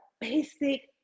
basic